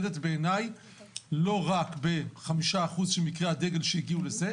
בעיניי נמדדת לא רק בחמישה אחוזים של מקרי הדגל שהגיעו לזה,